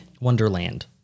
Wonderland